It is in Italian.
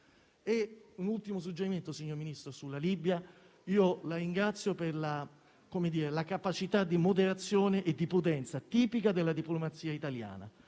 Un ultimo suggerimento, signor Ministro: sulla Libia, io la ringrazio per la sua capacità di moderazione e di prudenza, tipica della diplomazia italiana.